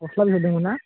गस्ला बिहरदोंमोन ना